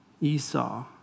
Esau